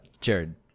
Jared